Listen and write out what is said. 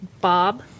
Bob